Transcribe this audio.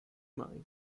mai